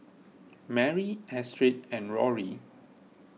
Marie Astrid and Rory